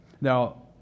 Now